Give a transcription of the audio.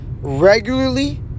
regularly